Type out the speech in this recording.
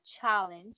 challenge